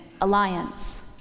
alliance